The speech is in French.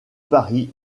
paris